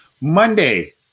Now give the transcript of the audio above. Monday